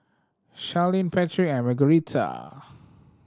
Sharlene Patric and Margueritta